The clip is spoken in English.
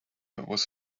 was